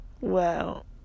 Wow